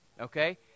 Okay